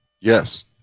Yes